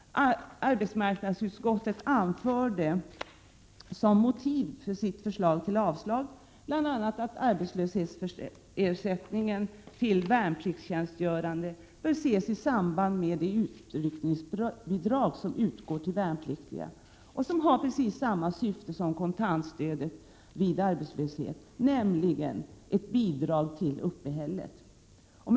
Arbetsmarknadsutskottet anförde som motiv för sitt yrkande om avslag bl.a. att arbetslöshetsersättning till värnpliktstjänstgörande bör ses i samband med det utryckningsbidrag som utgår till värnpliktiga och som har precis samma syfte som kontantstödet vid arbetslöshet, nämligen att utgöra ett bidrag till uppehället.